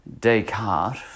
Descartes